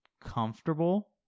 comfortable